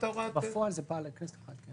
בפועל זה פעל על כנסת אחת.